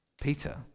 Peter